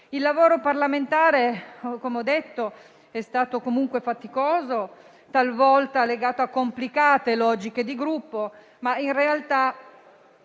Il lavoro parlamentare, come ho detto, è stato comunque faticoso, talvolta legato a complicate logiche di Gruppo, ma in realtà